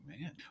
man